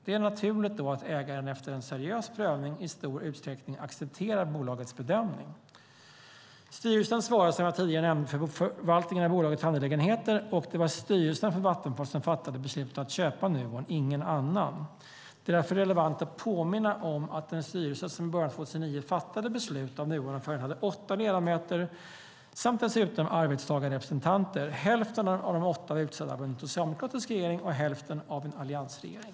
Det är då naturligt att ägaren efter en seriös prövning i stor utsträckning accepterar bolagets bedömning. Styrelsen svarar, som jag tidigare nämnde, för förvaltningen av bolagets angelägenheter. Det var styrelsen för Vattenfall som fattade beslutet att köpa Nuon, ingen annan. Det är därför relevant att påminna om att den styrelse som i början av 2009 fattade beslut om Nuonaffären hade åtta ledamöter samt arbetstagarrepresentanter. Hälften av de åtta ledamöterna var utsedda av en socialdemokratisk regering och hälften av en alliansregering.